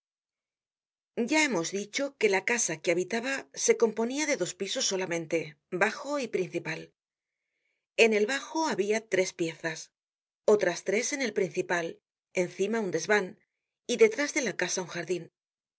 ya hemos dicho que la casa que habitaba se componia de dos pisos solamente bajo y principal en el bajo habia tres piezas otras tres en el principal encima un desvan y detrás de la casa un jardin